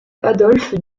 adolphe